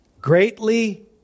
Greatly